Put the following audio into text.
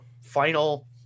final